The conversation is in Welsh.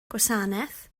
gwasanaeth